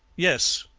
yes,